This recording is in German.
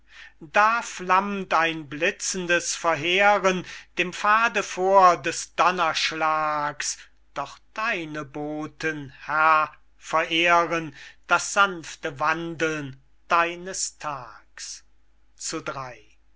da flammt ein blitzendes verheeren dem pfade vor des donnerschlags doch deine boten herr verehren das sanfte wandeln deines tags zu